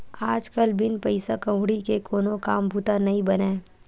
आज कल बिन पइसा कउड़ी के कोनो काम बूता नइ बनय